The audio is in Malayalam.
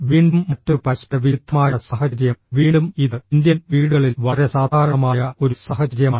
വീണ്ടും മറ്റൊരു പരസ്പരവിരുദ്ധമായ സാഹചര്യം വീണ്ടും ഇത് ഇന്ത്യൻ വീടുകളിൽ വളരെ സാധാരണമായ ഒരു സാഹചര്യമാണ്